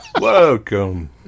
Welcome